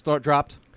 dropped